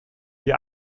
die